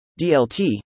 DLT